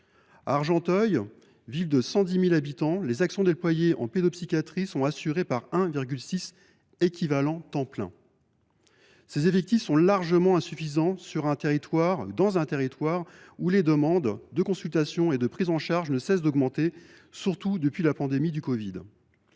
À Argenteuil, ville de 110 000 habitants, les actions déployées en pédopsychiatrie sont assurées par 1,6 équivalent temps plein. Ces effectifs sont largement insuffisants, dans un territoire où les demandes de consultations et de prises en charge ne cessent d’augmenter, en particulier depuis la pandémie de covid